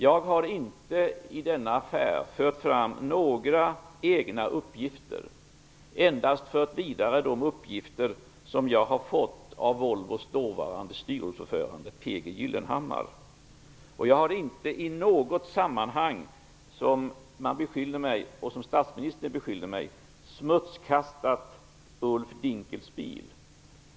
Jag har i denna affär inte fört fram några egna uppgifter utan endast fört vidare de uppgifter som jag har fått av Volvos dåvarande styrelseordförande P. G. Gyllenhammar. Jag har inte i något sammanhang, som statsministern beskyllt mig för, smutskastat Ulf Dinkelspiel.